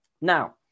now